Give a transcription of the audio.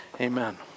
Amen